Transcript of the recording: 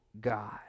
God